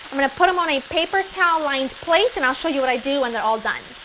i'm going to put them on a paper towel lined plate, and i'll show you what i do when they're all done.